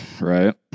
right